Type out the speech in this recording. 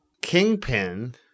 Kingpin